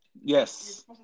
Yes